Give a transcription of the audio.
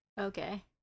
Okay